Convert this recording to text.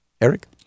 Eric